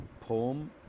poem